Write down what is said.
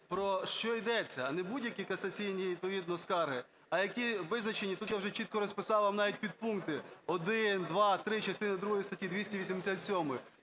про що йдеться: не будь-які касаційні відповідно скарги, а які визначені. Тут я вже чітко розписав вам навіть підпункти: 1, 2, 3 частини другої статті 287.